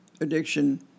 addiction